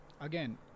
again